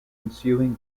ensuing